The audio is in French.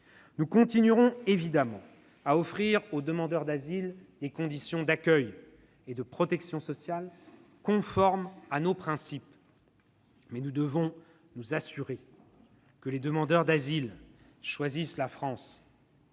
Nous continuerons évidemment à offrir aux demandeurs d'asile des conditions d'accueil et de protection sociale conformes à nos principes. Mais nous devons nous assurer que les demandeurs d'asile choisissent la France